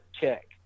Check